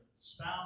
spouse